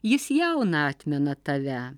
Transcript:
jis jauną atmena tave